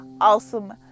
awesome